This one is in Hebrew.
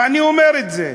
ואני אומר את זה,